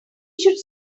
should